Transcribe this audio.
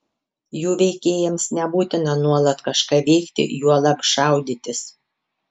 jų veikėjams nebūtina nuolat kažką veikti juolab šaudytis